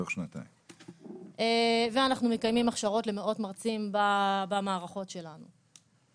אנחנו מקיימים הכשרות למאות מרצים במערכות שלנו.